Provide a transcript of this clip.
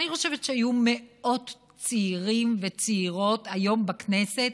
אני חושבת שהיו מאות צעירים וצעירות היום בכנסת,